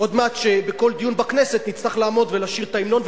עוד מעט בכל דיון בכנסת נצטרך לעמוד ולשיר את ההמנון,